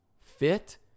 fit